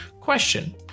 Question